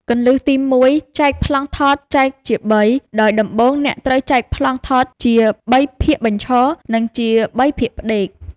គន្លឹះទី១ ចែកប្លង់ថតចែកជាបី ដោយដំបូងអ្នកត្រូវចែកប្លង់ថតជាបីភាគបញ្ឈរ និងជាបីភាគផ្ដេក។